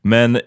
Men